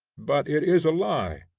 but it is a lie,